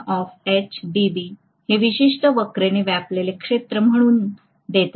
म्हणून मला हे विशिष्ट वक्रने व्यापलेले क्षेत्र म्हणून देते